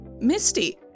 Misty